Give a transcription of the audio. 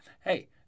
Hey